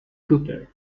cooper